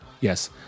Yes